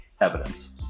evidence